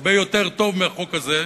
הרבה יותר טוב מהחוק הזה,